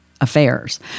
affairs